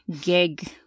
gig